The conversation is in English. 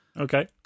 Okay